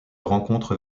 rencontre